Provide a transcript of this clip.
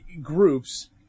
groups